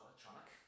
electronic